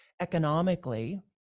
Economically